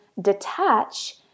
detach